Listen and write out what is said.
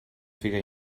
figa